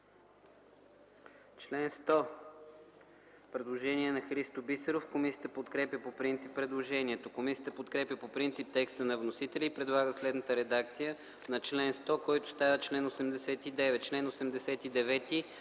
Член 100 – предложение на Христо Бисеров. Комисията подкрепя по принцип предложението. Комисията подкрепя по принцип текста на вносителя и предлага следната редакция на чл. 100, който става чл. 89: